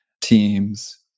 teams